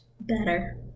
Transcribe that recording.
better